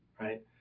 right